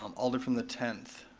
um alder from the tenth,